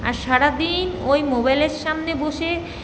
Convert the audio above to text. আর সারাদিন ওই মোবাইলের সামনে বসে